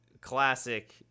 classic